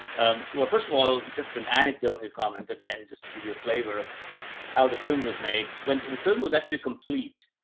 um, well first of all, just an anecdote comment again, just to give you a flavor of how the film was made when the film was actually complete.